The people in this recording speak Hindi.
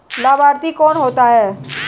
लाभार्थी कौन होता है?